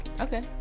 Okay